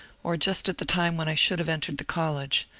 or just at the time when i should have entered the college.